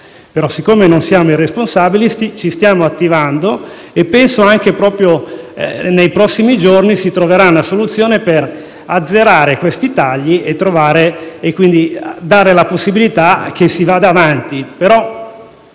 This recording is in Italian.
Siccome non siamo i responsabili, ci stiamo attivando e penso che proprio nei prossimi giorni si troverà una soluzione per azzerare questi tagli, quindi dare la possibilità di andare avanti.